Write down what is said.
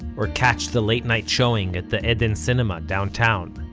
or catch the late night showing at the eden cinema downtown.